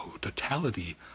totality